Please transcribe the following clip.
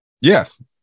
yes